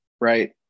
right